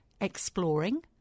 exploring